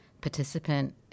participant